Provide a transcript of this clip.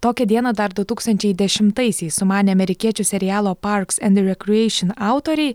tokią dieną dar du tūkstančiai dešimtaisiais sumanė amerikiečių serialo parks end rekrieišen autoriai